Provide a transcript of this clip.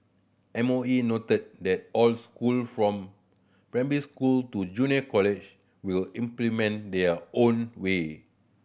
M O E noted that all school from primary school to junior college will implement their own way